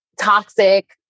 toxic